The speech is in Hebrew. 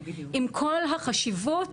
עם כל החשיבות,